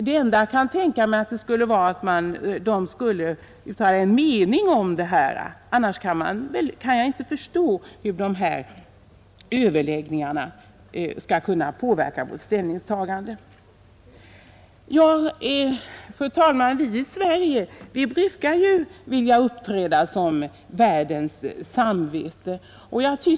Det enda jag kan tänka mig är att Jägareförbundet vid dessa överläggningar skulle kunna uttala sin mening om den här jakten. Annars kan jag inte förstå hur dessa överläggningar skall kunna påverka vårt ställningstagande. Fru talman! Vi i Sverige brukar ju vilja uppträda som världens samvete.